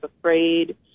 afraid